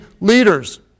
leaders